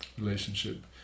relationship